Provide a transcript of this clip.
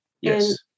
Yes